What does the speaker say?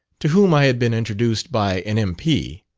to whom i had been introduced by an m p,